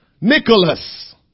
Nicholas